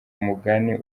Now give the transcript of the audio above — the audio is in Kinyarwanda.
umugani